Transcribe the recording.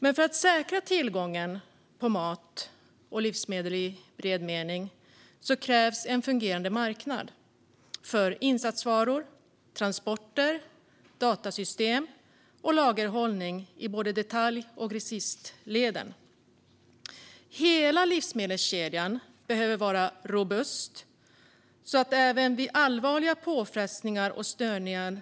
För att säkra tillgången på mat och livsmedel i bred mening krävs det en fungerande marknad för insatsvaror, transporter, datasystem och lagerhållning i både detalj och grossistleden. Hela livsmedelskedjan behöver vara så robust att vi kan klara även allvarliga påfrestningar och störningar